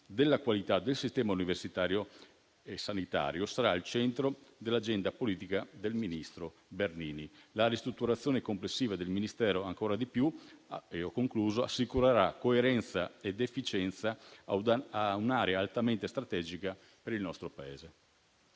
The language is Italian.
della qualità del sistema universitario e sanitario sarà al centro dell'agenda politica del ministro Bernini. In conclusione, la ristrutturazione complessiva del Ministero ancora di più assicurerà coerenza ed efficienza a un'area altamente strategica per il nostro Paese.